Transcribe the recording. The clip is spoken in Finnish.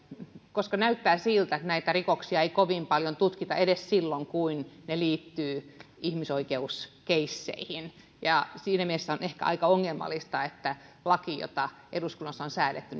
koska näyttää siltä että näitä rikoksia ei kovin paljon tutkita edes silloin kun ne liittyvät ihmisoikeuskeisseihin siinä mielessä on ehkä aika ongelmallista että lakia joka eduskunnassa on säädetty